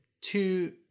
two